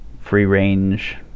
free-range